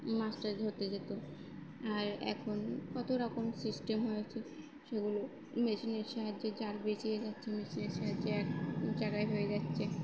মাছটা ধরতে যেত আর এখন কত রকম সিস্টেম হয়েছে সেগুলো মেশিনের সাহায্যে জাল বেচিয়ে যাচ্ছে মেশিনের সাহায্যে এক জায়গায় হয়ে যাচ্ছে